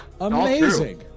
amazing